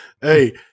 Hey